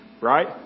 Right